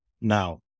now